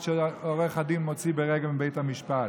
שהעורך דין מוציא ברגע מבית המשפט.